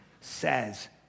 Says